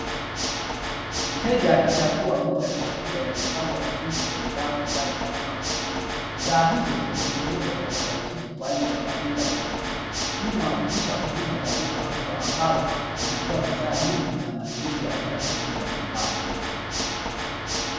Mteja akichagua mboga na matunda yaliyopangwa vizuri kwenye rafu ndani ya duka kubwa; bidhaa hizo zimetengenezwa kwa utaratibu kwa ajili ya wateja kununua hii inawakilisha huduma za duka kubwa ambalo linatoa bidha nyingi za matumizi ya kila siku ya nyumbani.